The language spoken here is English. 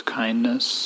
kindness